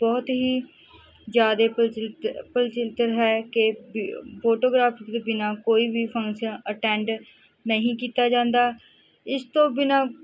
ਬਹੁਤ ਹੀ ਜ਼ਿਆਦਾ ਪ੍ਰਚਲਿਤ ਪ੍ਰਚਲਿਤ ਹੈ ਕਿ ਬੀ ਫੋਟੋਗ੍ਰਾਫਿਕ ਤੋਂ ਬਿਨਾਂ ਕੋਈ ਵੀ ਫੰਕਸ਼ਨ ਅਟੈਂਡ ਨਹੀਂ ਕੀਤਾ ਜਾਂਦਾ ਇਸ ਤੋਂ ਬਿਨਾਂ